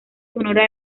sonora